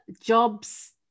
jobs